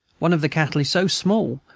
one of the cattle is so small,